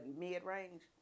mid-range